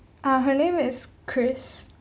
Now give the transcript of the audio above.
ah her name is chris